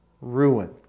Ruin